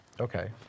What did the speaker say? Okay